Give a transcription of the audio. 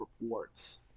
reports